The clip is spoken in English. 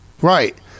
Right